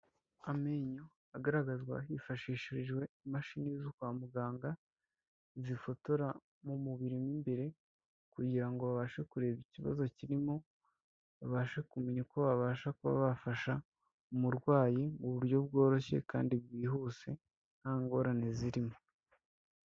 Amenyo agaragazwa hifashishijwe imashini zo kwa muganga zifotora mu mubiri mo imbere kugira ngo babashe kureba ikibazo kirimo, babashe kumenya uko babasha kuba bafasha umurwayi mu buryo bworoshye kandi bwihuse nta ngorane zirimo.